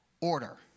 order